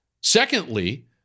Secondly